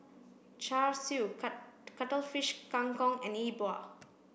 Char Siu cuttlefish Kang Kong and E Bua